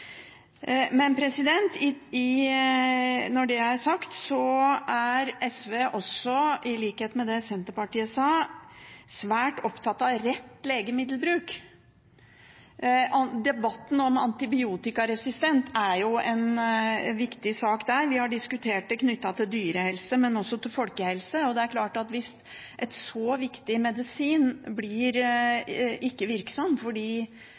Når det er sagt, er SV, i likhet med det Senterpartiet ga uttrykk for, svært opptatt av rett legemiddelbruk. Debatten om antibiotikaresistens er en viktig sak der. Vi har diskutert det knyttet til dyrehelse, men også opp mot folkehelse, og det er klart at hvis en så viktig medisin blir ikke-virksom fordi